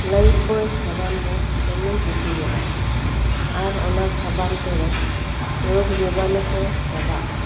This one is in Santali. ᱞᱟᱭᱤᱯᱵᱚᱭ ᱥᱟᱵᱟᱱ ᱫᱚ ᱫᱚᱢᱮᱧ ᱠᱩᱥᱤᱭᱟᱜᱼᱟ ᱟᱨ ᱚᱱᱟ ᱥᱟᱵᱟᱱ ᱛᱮᱫᱚ ᱨᱳᱜ ᱡᱤᱵᱟᱱᱩ ᱠᱚ ᱪᱟᱵᱟᱜᱼᱟ